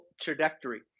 trajectory